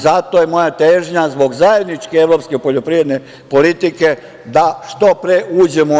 Zato je moja težnja zbog zajedničke evropske poljoprivredne politike da što pre uđemo u EU.